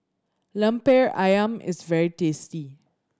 Lemper Ayam is very tasty